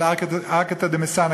של ערקתא דמסאנא,